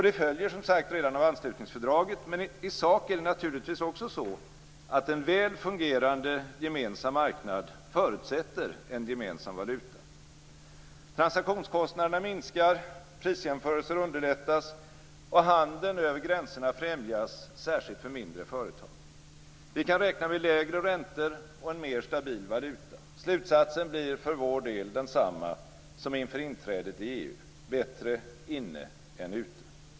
Det följer som sagt redan av anslutningsfördraget. Men i sak är det naturligtvis också så att en väl fungerande gemensam marknad förutsätter en gemensam valuta. Transaktionskostnaderna minskar, prisjämförelser underlättas och handeln över gränserna främjas, särskilt för mindre företag. Vi kan räkna med lägre räntor och en mer stabil valuta. Slutsatsen blir för vår del densamma som inför inträdet i EU: bättre inne än ute.